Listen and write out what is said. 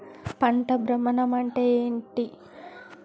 పంట భ్రమణం అంటే ఏంటి?